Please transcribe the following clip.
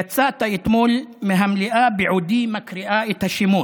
יצאת אתמול מהמליאה בעודי מקריאה את השמות.